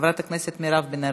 חברת הכנסת מירב בן ארי,